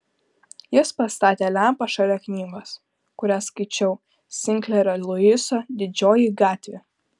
jis pastatė lempą šalia knygos kurią skaičiau sinklerio luiso didžioji gatvė